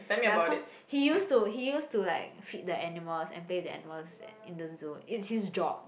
ya cause he used to he used to like feed the animals and play with the animals in the zoo it's his job